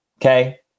okay